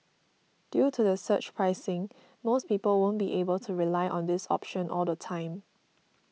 due to surge pricing most people won't be able to rely on this option all the time